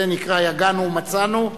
זה נקרא: יגענו ומצאנו,